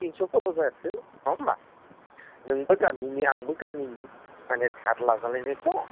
तिनस'फोराव जाथो नङा होमब्ला नोंबो गामिनि आंबो गामिनि माने धार लाजाजेनायथ'